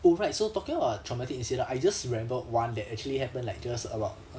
alright so talking about traumatic incident I just remembered one that actually happened like just about